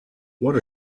what